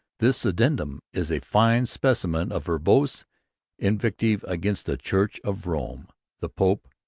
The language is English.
this addendum is a fine specimen of verbose invective against the church of rome the pope,